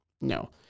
No